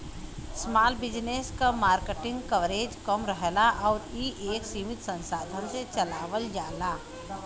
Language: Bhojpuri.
स्माल बिज़नेस क मार्किट कवरेज कम रहला आउर इ एक सीमित संसाधन से चलावल जाला